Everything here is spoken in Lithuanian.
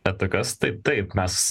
atakas taip taip mes